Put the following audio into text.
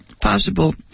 possible